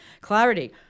Clarity